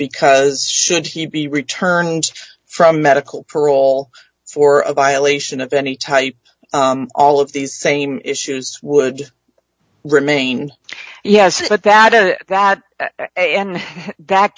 because should he be returning from medical parole for a violation of any type all of these same issues would remain yes it that that in that